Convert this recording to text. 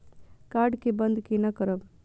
Card के बन्द केना करब?